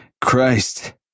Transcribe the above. Christ